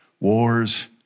Wars